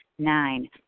Nine